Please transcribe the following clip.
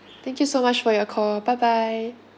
thank you so much for your call bye bye